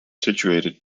situated